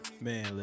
Man